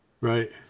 Right